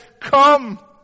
come